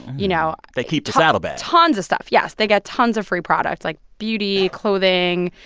you know. they keep the saddlebag tons of stuff. yes, they got tons of free products, like beauty, clothing,